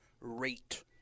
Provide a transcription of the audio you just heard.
rate